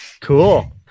cool